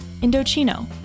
Indochino